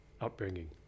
upbringing